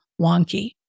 wonky